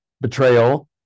betrayal